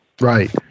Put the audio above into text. Right